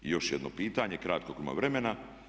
I još jedno pitanje, kratko ima vremena.